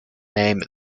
name